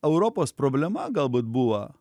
europos problema galbūt buvo